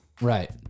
right